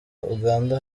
uganda